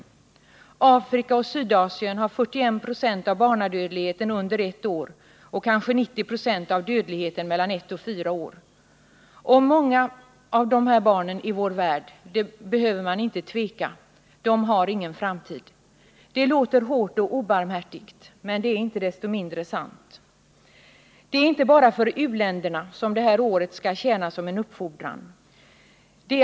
I Afrika och Sydasien drabbar 41 96 av barnadödligheten barn under ett år och kanske 90 96 av dödligheten barn mellan ett och fyra år. Om många av dessa barn i vår värld behöver man inte tveka — de har ingen framtid. Det låter hårt och obarmhärtigt men är inte desto mindre sant. Det är inte bara för u-länderna som det här året skall tjäna som en uppfordran.